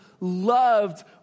loved